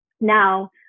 Now